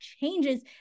changes